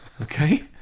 okay